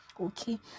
okay